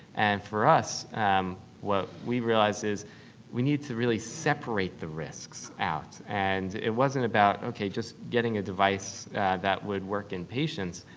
and for us what we realized is we needed to really separate the risks out. and it wasn't about, okay, just getting a device that would work in patients.